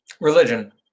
Religion